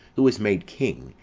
who was made king,